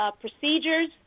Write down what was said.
procedures